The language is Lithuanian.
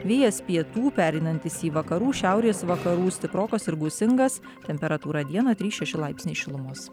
vėjas pietų pereinantis į vakarų šiaurės vakarų stiprokas ir gūsingas temperatūra dieną trys šeši laipsniai šilumos